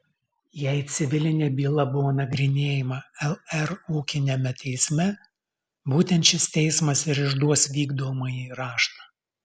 jei civilinė byla buvo nagrinėjama lr ūkiniame teisme būtent šis teismas ir išduos vykdomąjį raštą